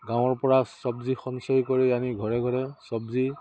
গাঁৱৰপৰা চব্জি সঞ্চয় কৰি আনি ঘৰে ঘৰে চব্জি